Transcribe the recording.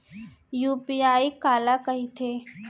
UPI काला कहिथे?